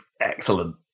excellent